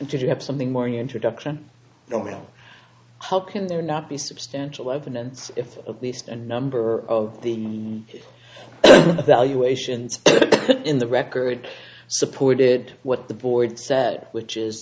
did you have something more introduction no matter how can there not be substantial evidence if of least a number of the valuations in the record supported what the boyd said which is